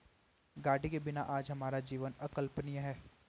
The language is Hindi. गाड़ी के बिना आज हमारा जीवन अकल्पनीय है